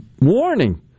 warning